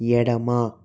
ఎడమ